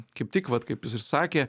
kaip tik vat kaip sakė